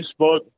Facebook